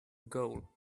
goal